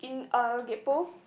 in a kiat po